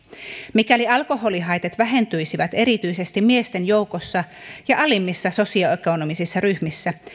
mikäli alkoholihaitat vähentyisivät erityisesti miesten joukossa ja alimmissa sosioekonomisissa ryhmissä